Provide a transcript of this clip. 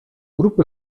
grupy